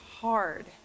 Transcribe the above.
hard